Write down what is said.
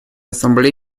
ассамблеи